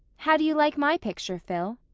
how do you like my picture, phil?